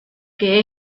qué